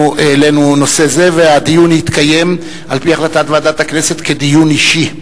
אנחנו העלינו נושא זה והדיון יתקיים על-פי החלטת ועדת הכנסת כדיון אישי.